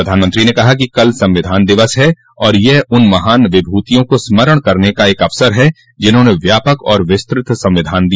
प्रधानमंत्री ने कहा कि कल संविधान दिवस है और यह उन महान विभूतियों को स्मरण करने का एक अवसर है जिन्होंने व्यापक और विस्तृत संविधान दिया